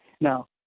Now